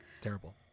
terrible